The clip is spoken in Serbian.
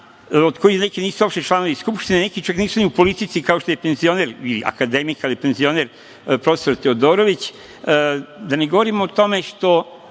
od kojih neki nisu uopšte članovi Skupštine, neki čak nisu ni u politici, kao što je penzioner ili akademik, ali penzioner prof. Teodorović. Da ne govorim o tome što